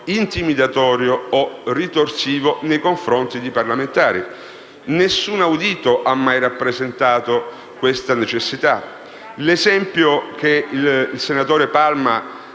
intimidatorio o ritorsivo nei confronti di parlamentari. Nessun audito ha mai rappresentato questa necessità. E l'esempio fatto dal senatore Palma